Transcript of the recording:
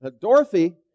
Dorothy